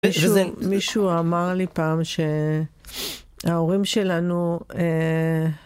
מישהו אמר לי פעם שההורים שלנו